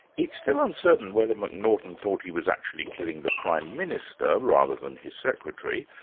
it's still uncertain whether m'naghten thought he was actually killing the prime minister, rather than his secretary,